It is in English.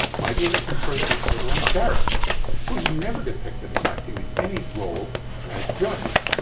why do they confer that title on barak who is never depicted as acting in any role as judge?